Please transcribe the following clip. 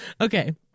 Okay